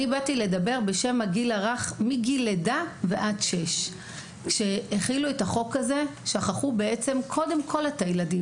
אני באתי לדבר בשם הגיל הרך מגיל לידה ועד 6. כשהחילו את החוק הזה שכחו קודם כל את הילדים.